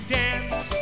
dance